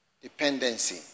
Dependency